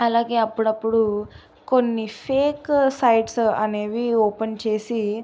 అలాగే అప్పుడప్పుడు కొన్ని ఫేక్ సైట్స్ అనేవి ఓపెన్ చేసి